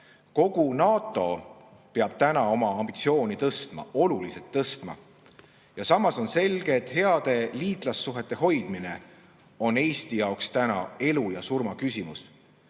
Kogu NATO peab oma ambitsiooni tõstma. Oluliselt tõstma! Ja samas on selge, et heade liitlassuhete hoidmine on Eesti jaoks täna elu ja surma küsimus.